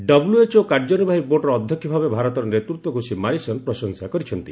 WHO କାର୍ଯ୍ୟନିର୍ବାହୀ ବୋର୍ଡର ଅଧ୍ୟକ୍ଷ ଭାବେ ଭାରତର ନେତୃତ୍ୱକୁ ଶୀ ମାରିସନ୍ ପ୍ରଶଂସା କରିଛନ୍ତି